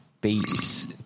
beats